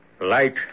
Light